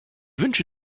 wünsche